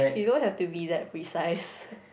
you don't have to be that precise